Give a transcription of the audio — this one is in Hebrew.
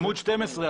עמ' 12,